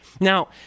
Now